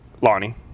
Lonnie